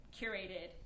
curated